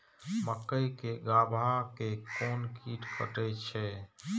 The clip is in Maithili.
मक्के के गाभा के कोन कीट कटे छे?